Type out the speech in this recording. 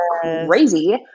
crazy